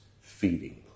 feeding